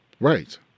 Right